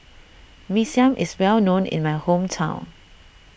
Mee Siam is well known in my hometown